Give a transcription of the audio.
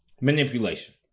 manipulation